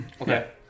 Okay